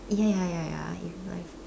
ya ya ya ya if life